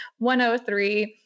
103